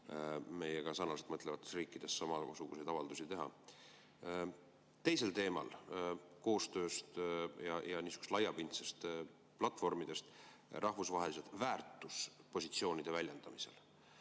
meiega sarnaselt mõtlevates riikides samasuguseid avaldusi teha. Teisel teemal, koostööst ja laiapindsetest platvormidest rahvusvaheliste väärtuspositsioonide väljendamisel.